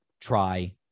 try